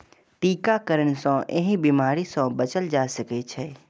टीकाकरण सं एहि बीमारी सं बचल जा सकै छै